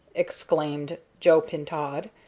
exclaimed joe pintaud,